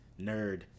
nerd